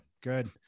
good